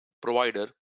provider